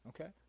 Okay